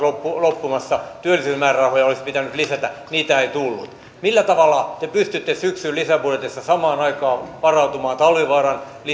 loppumassa työllisyysmäärärahoja olisi pitänyt lisätä niitä ei tullut millä tavalla te pystytte syksyn lisäbudjetissa samaan aikaan varautumaan talvivaaran